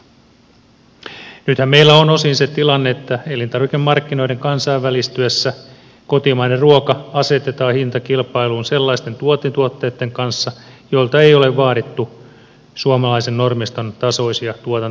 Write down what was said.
nythän meillä on osin se tilanne että elintarvikemarkkinoiden kansainvälistyessä kotimainen ruoka asetetaan hintakilpailuun sellaisten tuontituotteitten kanssa joilta ei ole vaadittu suomalaisen normiston tasoisia tuotantovaatimuksia